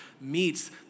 meets